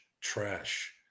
trash